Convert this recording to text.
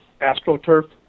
astroturf